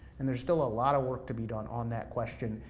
and there's still a lot of work to be done on that question,